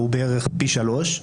הוא בערך פי שלושה.